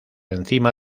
encima